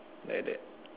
like that